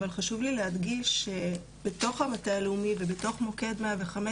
אבל חשוב לי להדגיש שבתוך המטה הלאומי ובתוך מוקד 105,